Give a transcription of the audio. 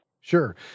Sure